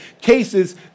cases